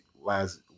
last